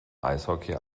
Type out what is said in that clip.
eishockey